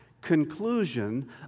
conclusion